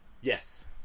Yes